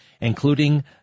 including